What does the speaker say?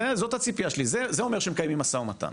זאת הציפייה שלי, זה אומר שמקיימים מו"מ.